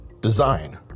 Design